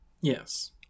Yes